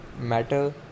matter